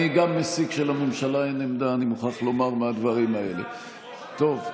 אני גם מסיק מהדברים האלה שלממשלה אין עמדה,